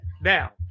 Now